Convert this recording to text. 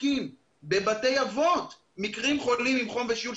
לבדיקה בבתי אבות של חולים עם חום ושיעול,